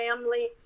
family